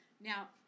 Now